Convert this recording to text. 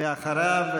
ואחריו,